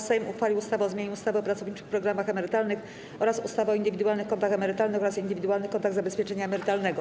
Sejm uchwalił ustawę o zmianie ustawy o pracowniczych programach emerytalnych oraz ustawy o indywidualnych kontach emerytalnych oraz indywidualnych kontach zabezpieczenia emerytalnego.